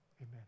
Amen